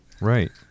Right